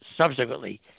subsequently